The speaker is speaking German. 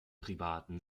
privaten